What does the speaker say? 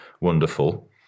wonderful